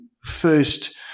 first